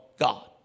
God